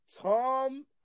Tom